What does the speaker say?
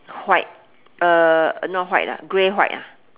white uh not white lah grey white ah